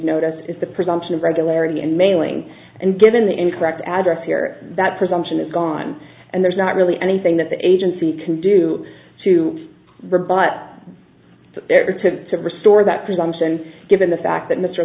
notice is the presumption of regularity and mailing and given the incorrect address here that presumption is gone and there's not really anything that the agency can do to rebut or to restore that presumption given the fact that mr